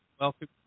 welcome